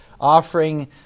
offering